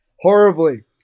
Horribly